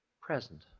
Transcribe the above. present